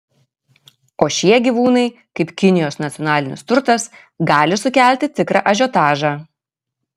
o šie gyvūnai kaip kinijos nacionalinis turtas gali sukelti tikrą ažiotažą